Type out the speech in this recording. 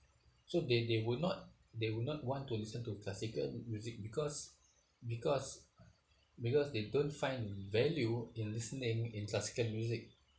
so they they will not they will not want to listen to classical music because because because they don't find value in listening in classical music